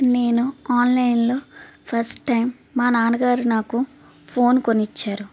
నేను ఆన్లైన్లో first time మా నాన్నగారు నాకు ఫోన్ కొని ఇచ్చారు